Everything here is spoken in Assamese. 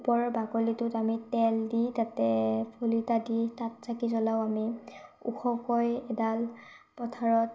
ওপৰৰ বাকলিটোত আমি তেল দি তাতে শলিতা দি তাত চাকি জ্বলাওঁ আমি ওখকৈ এডাল পথাৰত